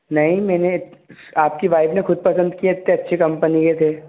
नहीं मैंने आपकी वाइफ़ ने ख़ुद पसंद किया इतने अच्छी कंपनी के थे